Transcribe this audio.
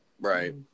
Right